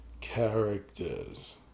characters